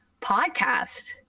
podcast